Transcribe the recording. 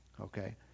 Okay